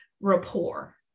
rapport